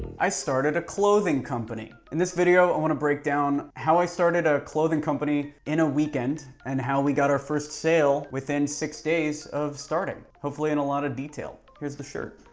i started a clothing company. in this video, i want to break down how i started a clothing company in a weekend and how we got our first sale within six days of starting, hopefully in a lot of detail. here's the shirt.